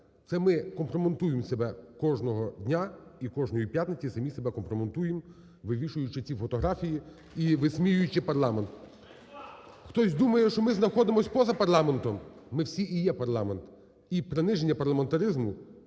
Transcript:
це ми компрометуємо себе кожного дня і кожної п'ятниці самі себе компрометуємо, вивішуючи ці фотографії і висміюючи парламент. Хтось думає, що ми знаходимось поза парламентом, ми всі і є парламент. І приниження парламентаризму,